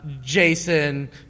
Jason